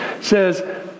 says